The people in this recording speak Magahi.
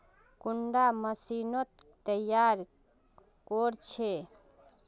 कुंडा मशीनोत तैयार कोर छै?